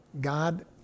God